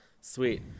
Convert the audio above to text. sweet